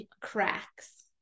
cracks